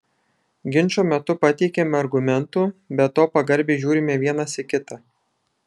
ginčo metu pateikiame argumentų be to pagarbiai žiūrime vienas į kitą